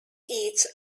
its